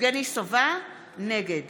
נגד